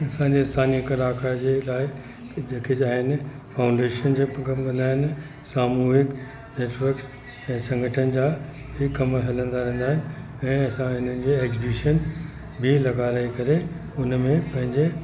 असांजे स्थानीय कलाकार जे लाइ जेके जा आहिनि फाउंडेशन जा कम कंदा आहिनि सामुहिक नेटवर्क ऐं संगठन जा बि कम हलंदा रहंदा आहिनि ऐं असां हिनन जे एग्ज़बीशन बि लॻाए करे हुन में पंहिंजे